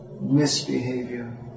misbehavior